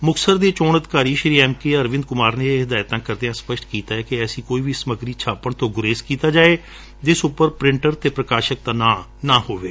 ਮੁਕਤਸਰ ਦੇ ਚੋਣ ਅਧਿਕਾਰੀ ਐਮ ਕੇ ਅਰਵਿੰਦ ਕੁਮਾਰ ਨੇ ਇਹ ਹਿਦਾਇਤਾਂ ਕਰਦਿਆਂ ਸਪਸ਼ਟ ਕੀਤਾ ਕਿ ਐਸੀ ਕੋਈ ਵੀ ਸਮਗਰੀ ਛਾਪਣ ਤੇ ਸਪਸ਼ਟ ਮਨਾਹੀ ਏ ਜਿਸ ਉਪਰ ਪ੍ਰੇਟਿੰਗ ਅਤੇ ਪ੍ਰਕਾਸ਼ਕ ਦਾ ਨਾਮ ਪਤਾ ਨਾ ਹੋਵੇ